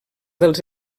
dels